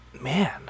man